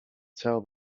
tell